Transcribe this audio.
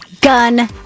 Gun